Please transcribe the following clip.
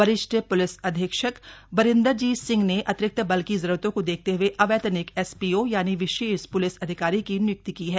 वरिष्ठ पुलिस अधीक्षक बरिंदरजीत सिंह ने अतिरिक्त बल की जरूरत को देखते हए अवैतनिक एस पी ओ यानि विशेष प्लिस अधिकारी की निय्क्ति की है